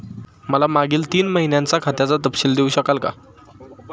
मला मागील तीन महिन्यांचा खात्याचा तपशील देऊ शकाल का?